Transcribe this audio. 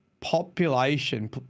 population